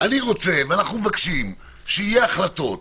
אנחנו מבקשים שיהיו החלטות,